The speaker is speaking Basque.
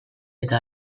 eta